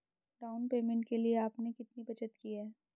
Down payment के लिए आपने कितनी बचत की है?